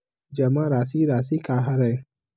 जमा राशि राशि का हरय?